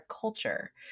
culture